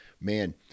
man